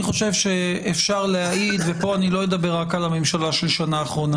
אני חושב שאפשר להראות ופה אני לא אדבר רק על הממשלה של השנה האחרונה